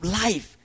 life